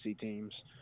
teams